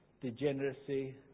degeneracy